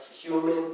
human